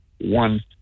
one